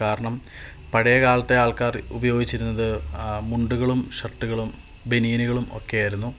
കാരണം പഴയ കാലത്തേ ആൾക്കാർ ഉപയോഗിച്ചിരുന്നത് മുണ്ടുകളും ഷർട്ടുകളും ബനിയനുകളും ഒക്കെയായിരുന്നു